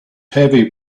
heavy